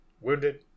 wounded